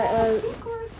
oh secrets